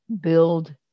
build